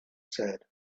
said